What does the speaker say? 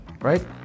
right